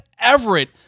Everett